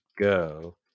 go